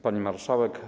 Pani Marszałek!